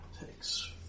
takes